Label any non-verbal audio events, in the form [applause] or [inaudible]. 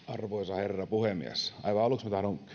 [unintelligible] arvoisa herra puhemies aivan aluksi tahdon